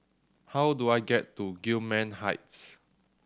how do I get to Gillman Heights